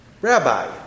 Rabbi